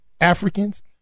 Africans